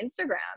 Instagram